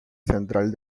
central